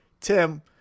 Tim